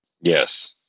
Yes